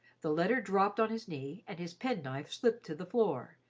the letter dropped on his knee, and his pen-knife slipped to the floor,